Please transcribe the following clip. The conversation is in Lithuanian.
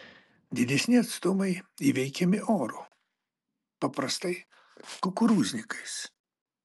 didesni atstumai įveikiami oru paprastai kukurūznikais